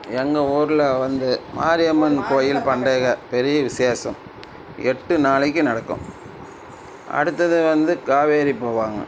எங்கள் ஊரில் வந்து மாரியம்மன் கோயில் பண்டிகை பெரிய விசேஷம் எட்டு நாளைக்கு நடக்கும் அடுத்தது வந்து காவிரி போவாங்க